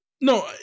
no